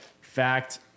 Fact